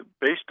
based